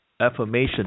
affirmation